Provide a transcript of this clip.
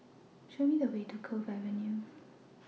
Show Me The Way to Cove Avenue